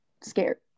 scared